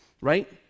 right